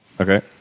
Okay